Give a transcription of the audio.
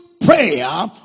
prayer